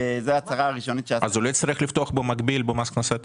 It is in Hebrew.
זו ההצהרה הראשונית --- אז הוא לא יצטרך לפתוח תיק במס הכנסה במקביל?